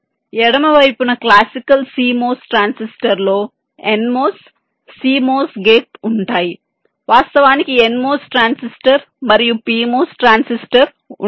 కాబట్టి ఎడమ వైపున క్లాసికల్ CMOS ట్రాన్సిస్టర్లో NMOS CMOS గేట్ ఉంటాయి వాస్తవానికి NMOS ట్రాన్సిస్టర్ మరియు PMOS ట్రాన్సిస్టర్ ఉంటాయి